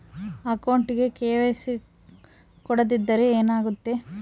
ಅಕೌಂಟಗೆ ಕೆ.ವೈ.ಸಿ ಕೊಡದಿದ್ದರೆ ಏನಾಗುತ್ತೆ?